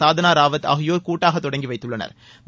சாதனா ராவத் ஆகியோர் கூட்டாக தொடங்கி வைத்துள்ளனா்